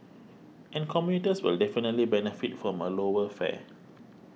and commuters will definitely benefit from a lower fare